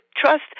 trust